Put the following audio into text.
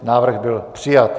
Návrh byl přijat.